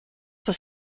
was